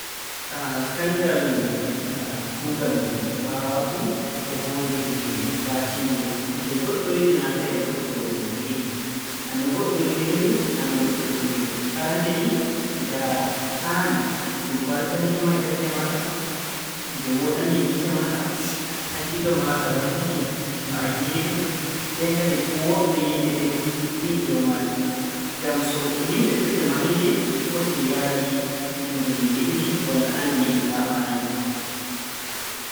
Ah, kanngal kuugal mbaawaaku, ko huunde laatiinde, nde goɗɗo yiɗi naa kayre goɗɗo yiɗi. No goɗɗo yiɗiri-nde, naa non goɗɗo yiɗiri-nde. Arannde ni, ndaara aan nde waaltanike ma e ɓernde maaɗa, nde wooɗanii gite maaɗa, hakkiilo maaɗa waaltake no a yi'iri-nde? Nden kadi ko woɓɓe yimɓe ɓen mbi'i dow maare. Ngam so yimɓe ɗuuɗɓe manii-nde, foti nde yahdii e ndu- ɗum yiɗiri walla aan nde yahdanaayi ma.